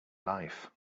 life